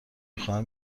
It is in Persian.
خواهم